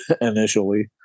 initially